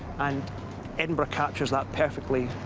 and edinburgh captures that perfectly.